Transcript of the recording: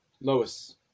Lois